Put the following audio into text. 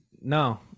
No